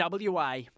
WA